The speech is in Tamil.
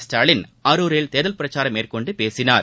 ஸ்டாலின் அரூரில் தேர்தல் பிரச்சாரம் மேற்கொண்டு பேசினார்